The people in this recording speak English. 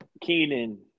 Keenan